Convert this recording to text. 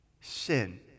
sin